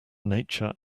nature